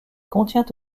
contient